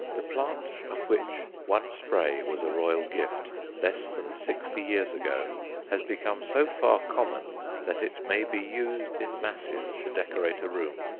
the plant of which one spray was a royal gift less than sixty years ago has become so far common that it may be used in masses to decorate a room.